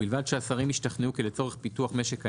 ובלבד שהשרים השתכנעו כי לצורך פיתוח משק האנרגיה,